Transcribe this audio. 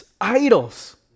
idols